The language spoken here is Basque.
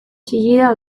txillida